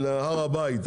להר הבית.